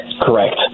Correct